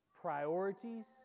priorities